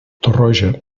torroja